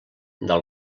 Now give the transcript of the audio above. del